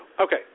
Okay